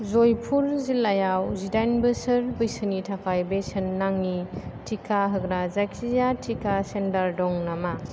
जयपुर जिल्लायाव जिदाइन बोसोर बैसोनि थाखाय बेसेन नाङि टिका होग्रा जायखिजाया टिका थुग्रा सेन्टार दं नामा